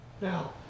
Now